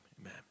amen